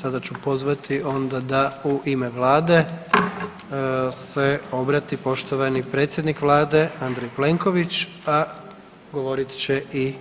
Sada ću pozvati onda da u ime Vlade se obrati poštovani predsjednik Vlade Andrej Plenković, pa govorit će i